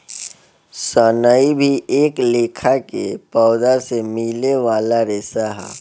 सनई भी एक लेखा के पौधा से मिले वाला रेशा ह